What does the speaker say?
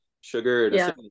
sugar